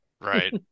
Right